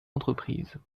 entreprises